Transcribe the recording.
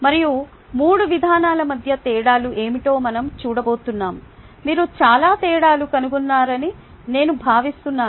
మరియు 3 విధానాల మధ్య తేడాలు ఏమిటో మనం చూడబోతున్నాం మీరు చాలా తేడాలు కనుగొన్నారని నేను భావిస్తునాను